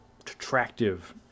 attractive